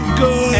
good